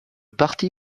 parti